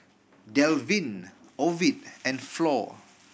Delvin Ovid and Flor